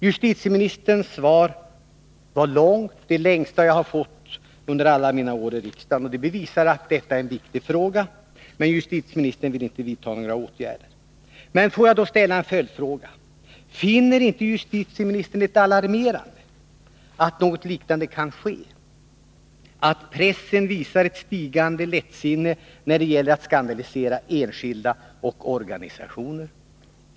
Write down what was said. Justitieministerns svar var långt — det längsta jag fått under alla mina år i riksdagen, och det visar att detta är en viktig fråga. Men justitieministern vill inte vidta några åtgärder. Låt mig ställa en följdfråga: Finner inte justitieministern det alarmerande att något sådant här kan ske, att pressen visar ett stigande lättsinne när det gäller att skandalisera enskilda och organisationer?